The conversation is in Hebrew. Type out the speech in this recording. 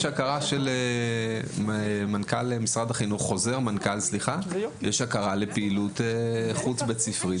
יש חוזר מנכ"ל להכרה של פעילות חוץ-בית ספרית,